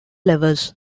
levels